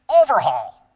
overhaul